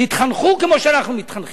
תתחנכו כמו שאנחנו מתחנכים.